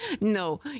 no